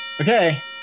Okay